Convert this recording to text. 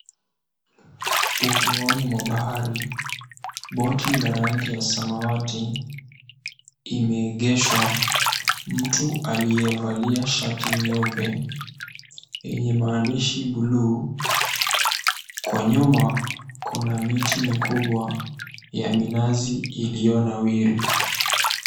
Ufuoni mwa bahari boti la rangi ya samawati imeegeshwa. Mtu aliyevalia shati nyeupe yenye maandishi buluu. Kwa nyuma kuna miti mikubwa ya minazi iliyonawiri.